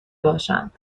باشند